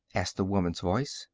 asked the woman's voice.